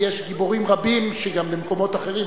כי יש גיבורים רבים שהיו גם במקומות אחרים.